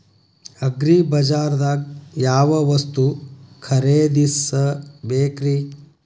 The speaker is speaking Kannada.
ಅಗ್ರಿಬಜಾರ್ದಾಗ್ ಯಾವ ವಸ್ತು ಖರೇದಿಸಬೇಕ್ರಿ?